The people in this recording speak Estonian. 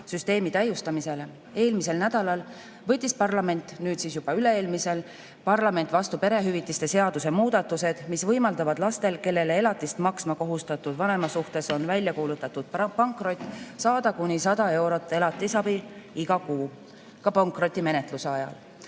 süsteemi täiustamisele. Eelmisel nädalal – nüüd siis juba üle-eelmisel – võttis parlament vastu perehüvitiste seaduse muudatused, mis võimaldavad lastel, kellele elatist maksma kohustatud vanema suhtes on välja kuulutatud pankrot, saada kuni 100 eurot elatisabi iga kuu, ka pankrotimenetluse ajal.